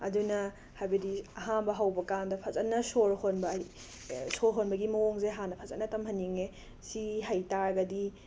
ꯑꯗꯨꯅ ꯍꯥꯏꯕꯗꯤ ꯑꯍꯥꯝꯕ ꯍꯧꯕꯀꯥꯟꯗ ꯐꯖꯟꯅ ꯁꯣꯔ ꯍꯣꯟꯕ ꯍꯥꯏ ꯁꯣꯔ ꯍꯣꯟꯕꯒꯤ ꯃꯑꯣꯡꯁꯦ ꯍꯥꯟꯅ ꯐꯖꯟꯅ ꯇꯝꯍꯟꯅꯤꯡꯉꯦ ꯑꯁꯤ ꯍꯩꯇꯥꯔꯒꯗꯤ